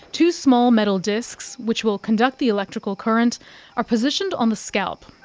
two small metal discs which will conduct the electrical current are positioned on the scalp.